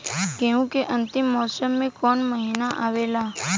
गेहूँ के अंतिम मौसम में कऊन महिना आवेला?